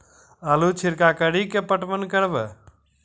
आलू छिरका कड़ी के पटवन करवा?